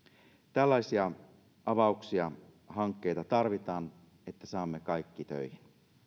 tällaisia avauksia ja hankkeita tarvitaan että saamme kaikki töihin